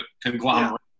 conglomerate